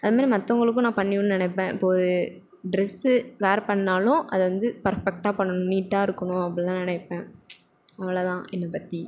அதுமாதிரி மற்றவங்களுக்கும் நான் பண்ணிவிட்ணுன்னு நினைப்பேன் இப்போ ஒரு ட்ரெஸ்ஸு வேர் பண்ணிணாலும் அது வந்து பர்ஃபெக்ட்டாக பண்ணணும் நீட்டாகருக்கணும் அப்புடிலாம் நெனைப்பேன் அவ்ளவுதான் என்னை பற்றி